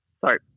Sorry